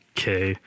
Okay